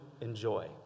enjoy